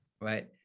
right